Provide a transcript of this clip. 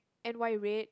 and why weird